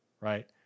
right